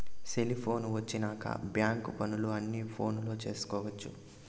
cellphone వచ్చినాక bank పనులు అన్ని ఫోనులో చేసుకొవచ్చు